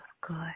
good